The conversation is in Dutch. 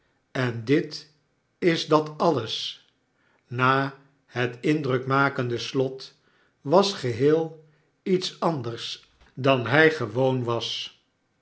en dit is dat alles na het indrukmakende slot was geheel iets anders dan hij gewoon was